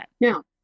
Now